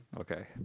Okay